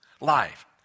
Life